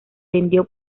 vendió